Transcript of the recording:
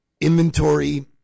inventory